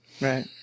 right